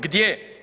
Gdje?